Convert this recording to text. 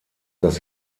dass